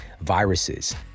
viruses